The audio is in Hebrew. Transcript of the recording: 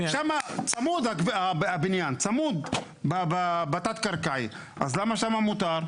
שם צמוד הבניין בתת קרקעי, אז למה שם מותר?